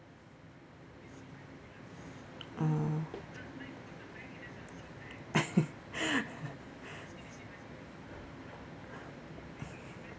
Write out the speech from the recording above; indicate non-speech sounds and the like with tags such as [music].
mm [laughs]